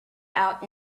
out